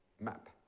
map